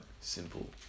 simple